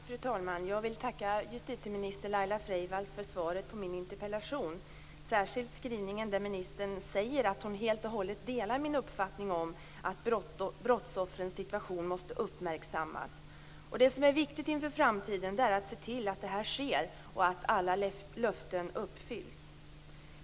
Fru talman! Jag vill tacka justitieminister Laila Freivalds för svaret på min interpellation, och särskilt för skrivningen där ministern säger att hon helt och hållet delar min uppfattning om att brottsoffrens situation måste uppmärksammas. Det som är viktigt inför framtiden är att se till att detta sker och att alla löften uppfylls.